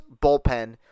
bullpen